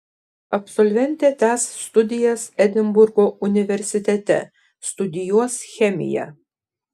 absolventė tęs studijas edinburgo universitete studijuos chemiją